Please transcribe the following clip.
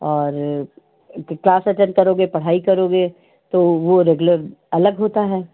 और class attend करोगे पढ़ाई करोगे तो वो रेगुलर अलग होता है